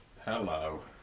Hello